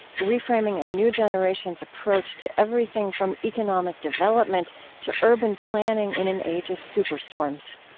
reframing a new generation's approach to everything from economic development to urban planning in an age of superstorms.